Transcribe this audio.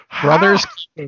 brothers